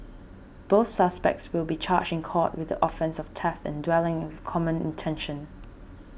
both suspects will be charged in court with the offence of theft dwelling with common intention